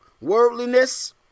worldliness